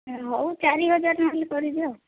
ହଁ ହେଉ ଚାରିହଜାର ଟଙ୍କାରେ କରିଦିଅ